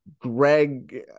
Greg